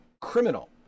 Criminal